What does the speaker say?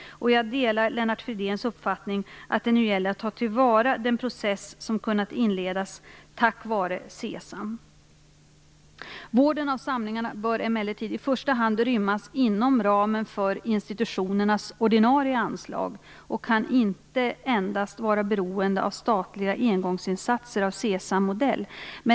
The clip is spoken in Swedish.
Jag delar Lennart Fridéns uppfattning att det nu gäller att ta till vara den process som kunnat inledas tack vare SESAM. Vården av samlingarna bör emellertid i första hand rymmas inom ramen för institutionernas ordinarie anslag och kan inte endast vara beroende av statliga engångsinsatser av SESAM-modell.